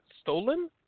Stolen